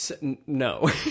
No